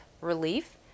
relief